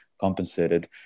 compensated